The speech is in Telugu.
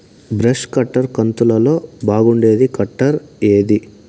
బ్రష్ కట్టర్ కంతులలో బాగుండేది కట్టర్ ఏది?